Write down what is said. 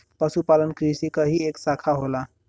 पशुपालन कृषि क ही एक साखा होला